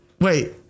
Wait